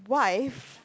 wife